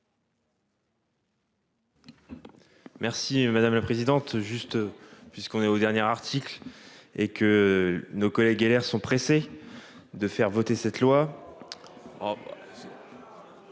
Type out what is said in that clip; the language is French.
Merci madame la présidente juste puisqu'on est au dernier article et que nos collègues LR sont pressés de faire voter cette loi.